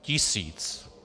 Tisíc!